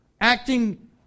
acting